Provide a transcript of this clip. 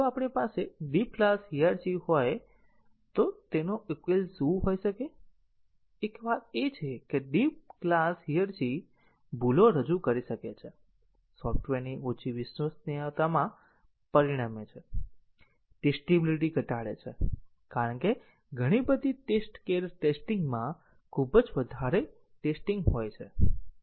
જો આપણી પાસે ડીપ ક્લાસ હાયરાર્કી હોય તો તેનો ઉકેલ શું હોઈ શકે એક વાત એ છે કે ડીપ ક્લાસ હયરરકી ભૂલો રજૂ કરી શકે છે સોફ્ટવેરની ઓછી વિશ્વસનીયતામાં પરિણમે છે ટેસ્ટિબિલિટી ઘટાડે છે કારણ કે ઘણી બધી ટેસ્ટ કેર ટેસ્ટિંગમાં ખૂબ જ વધારે ટેસ્ટીંગ હોય છે